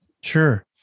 Sure